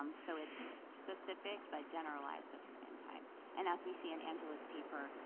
um so it's specific but generalized at the same time and as we see in angela's paper,